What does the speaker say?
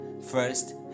first